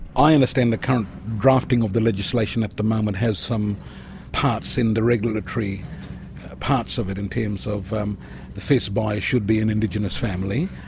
i understand the current drafting of the legislation at the moment has some parts in the regulatory parts of it in terms of um the first buyer should be an indigenous family.